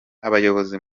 abayobozi